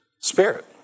spirit